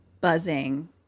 buzzing